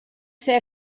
ser